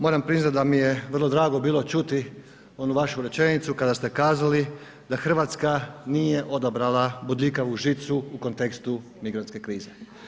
Moram priznati da mi je vrlo drago bilo čuti onu vašu rečenicu kada ste kazali da Hrvatska nije odabrala bodljikavu žicu u kontekstu migrantske krize.